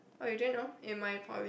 oh you didn't know in my poly